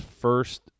first